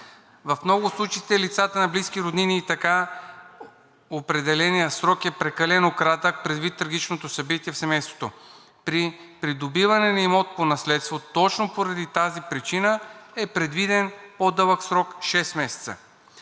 В много от случаите лицата са близки роднини и така определеният срок е прекалено кратък предвид трагичното събитие в семейството. При придобиване на имот по наследство точно поради тази причина е предвиден по-дълъг срок – шест